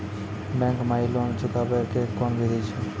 Bank माई loan चुकाबे के कोन बिधि छै?